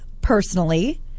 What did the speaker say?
personally